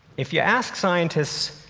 if you ask scientists,